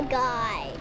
guy